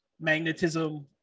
magnetism